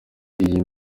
iyi